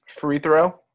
Free-throw